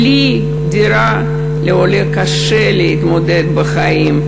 בלי דירה קשה לעולה להתמודד בחיים,